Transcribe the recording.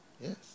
Yes